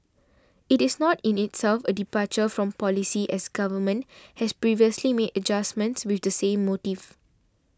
it is not in itself a departure from policy as government has previously made adjustments with the same motive